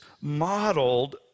modeled